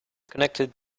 connected